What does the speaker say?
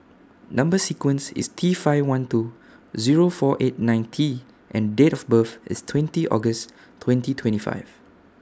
Number sequence IS T five one two Zero four eight nine T and Date of birth IS twenty August twenty twenty five